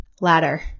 ladder